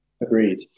agreed